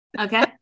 Okay